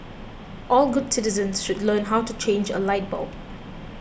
all good citizens should learn how to change a light bulb